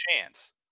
chance